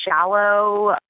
shallow